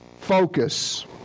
focus